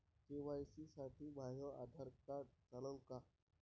KYC साठी माह्य Aadhaar card चालन का?